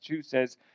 says